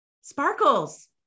Sparkles